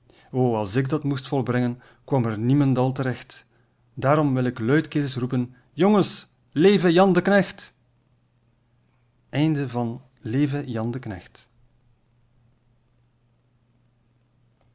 als ik dat moest volbrengen kwam er niemendal terecht daarom wil ik luidkeels roepen jongens leve jan